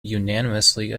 unanimously